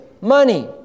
money